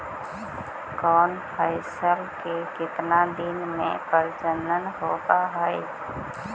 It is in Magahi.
कौन फैसल के कितना दिन मे परजनन होब हय?